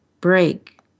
break